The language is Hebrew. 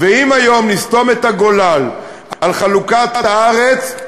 ואם היום נסתום את הגולל על חלוקת הארץ,